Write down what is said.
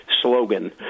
slogan